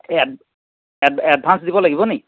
এই এডভান্স দিব লাগিব নেকি